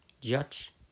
judge